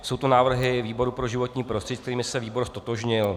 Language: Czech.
Jsou to návrhy výboru pro životní prostředí, se kterými se výbor ztotožnil.